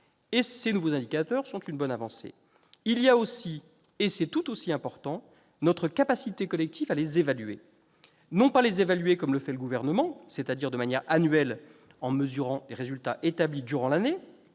et ces nouveaux indicateurs sont une très bonne avancée. Il y a aussi, et c'est tout aussi important, notre capacité collective à les évaluer : non pas comme le fait le Gouvernement, c'est-à-dire de manière annuelle, en mesurant les résultats établis durant l'année,